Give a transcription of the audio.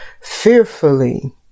fearfully